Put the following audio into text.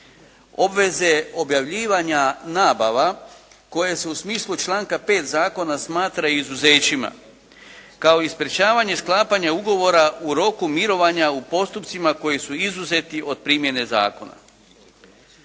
obveze objavljivanja nabava koje se u smislu članka 5. zakona smatra izuzećima, kao i sprječavanje sklapanja ugovora u roku mirovanja u postupcima koji su izuzeti od primjene zakona.